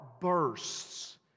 bursts